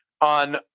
on